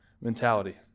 mentality